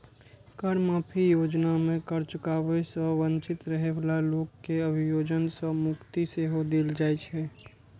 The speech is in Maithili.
कर माफी योजना मे कर चुकाबै सं वंचित रहै बला लोक कें अभियोजन सं मुक्ति सेहो देल जाइ छै